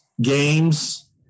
games